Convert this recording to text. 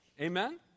Amen